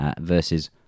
versus